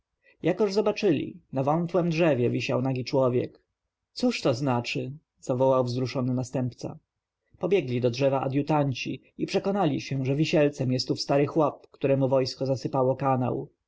jakoż zobaczyli na wątłem drzewie wisiał nagi człowiek cóż to znaczy zawołał wzruszony następca pobiegli do drzewa adjutanci i przekonali się że wisielcem jest ów stary chłop któremu wojsko zasypało